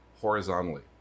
horizontally